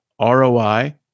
ROI